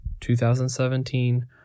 2017